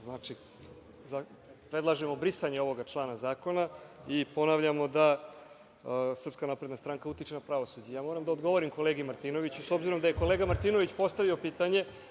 Znači, predlažemo brisanje ovog člana zakona i ponavljamo da SNS utiče na pravosuđe. Ja moram da odgovorim kolegi Martinoviću, obzirom da je kolega Martinović postavio pitanje,